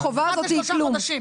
החובה הזאת היא כלום.